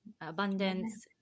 abundance